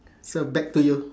so back to you